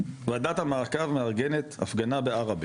ועדת המעקב מארגנת הפגנה בערבה